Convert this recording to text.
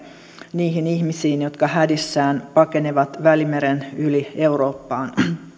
niihin ihmisiin jotka hädissään pakenivat välimeren yli eurooppaan